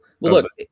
look